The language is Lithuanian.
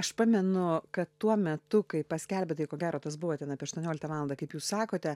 aš pamenu kad tuo metu kai paskelbė tai ko gero tas buvo ten apie aštuonioliktą valandą kaip jūs sakote